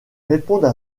répondre